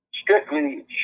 strictly